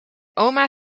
oma